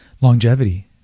longevity